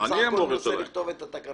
אני בסך הכול מנסה לכתוב את התקנות.